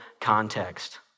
context